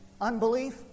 unbelief